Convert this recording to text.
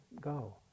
go